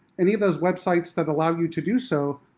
any of those websites that allow you to do so,